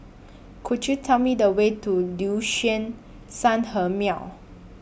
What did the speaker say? Could YOU Tell Me The Way to Liuxun Sanhemiao